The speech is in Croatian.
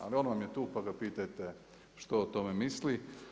Ali on vam je tu, pa ga pitajte što o tome misli.